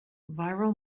viral